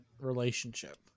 relationship